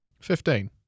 Fifteen